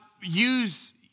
use